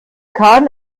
kahn